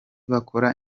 bakora